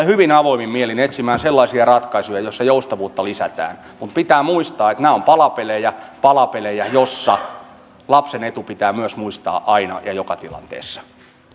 hyvin avoimin mielin etsimään sellaisia ratkaisuja joissa joustavuutta lisätään mutta pitää muistaa että nämä ovat palapelejä palapelejä joissa lapsen etu pitää myös muistaa aina ja joka tilanteessa